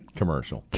commercial